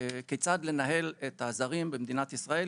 כיצד לנהל את הזרים במדינת ישראל,